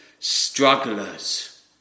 ...strugglers